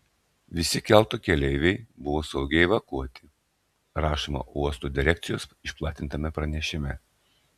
visi kelto keleiviai buvo saugiai evakuoti rašoma uosto direkcijos išplatintame pranešime